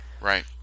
Right